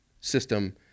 system